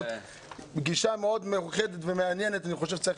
גישה מאוד מעניינת שאני חושב שצריך